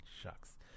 Shucks